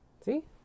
See